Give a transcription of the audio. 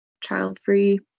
child-free